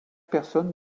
personne